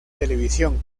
televisión